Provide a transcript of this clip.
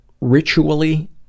ritually